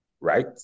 right